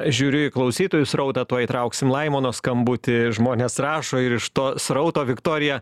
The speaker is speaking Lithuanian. žiūriu į klausytojų srautą tuoj įtrauksim laimono skambutį žmonės rašo ir iš to srauto viktorija